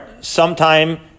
sometime